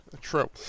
True